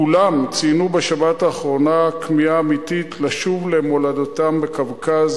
כולם ציינו בשבת האחרונה כמיהה אמיתית לשוב למולדתם בקווקז,